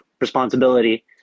responsibility